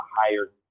higher